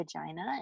vagina